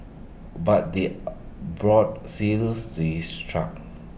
but the borders seals he is truck